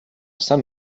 sant